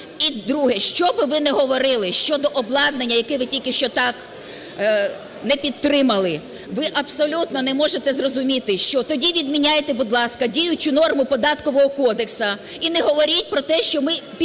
І друге. Що би ви не говорили щодо обладнання, яке ви тільки що так не підтримали, ви абсолютно не можете зрозуміти, що тоді відміняйте, будь ласка, діючу норму Податкового кодексу і не говоріть про те, що ми підтримуємо